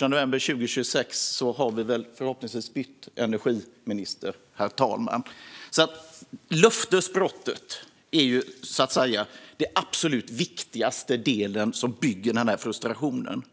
november 2026 har vi förhoppningsvis bytt energiminister. Löftesbrottet är den absolut viktigaste byggstenen i den här frustrationen.